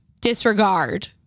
disregard